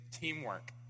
teamwork